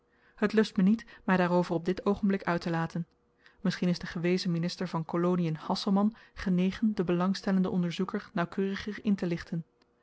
het lust me niet my daarover op dit oogenblik uittelaten misschien is de gewezen minister van kolonien hasselman genegen den belangstellenden onderzoeker nauwkeuriger intelichten ook